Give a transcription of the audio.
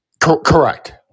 correct